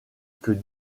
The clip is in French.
que